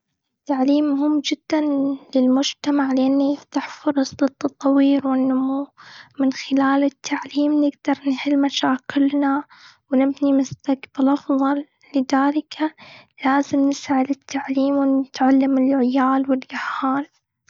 التعليم مهم جداً للمجتمع، لإنه يفتح فرص للتطوير والنمو. من خلال التعليم نقدر نحل مشاكلنا ونبني مستقبل أفضل. لذلك لازم نسعى التعليم ونتعلم العيال والجهال.